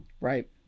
Right